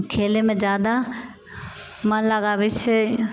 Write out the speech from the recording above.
खेलयमे जादा मन लगाबैत छै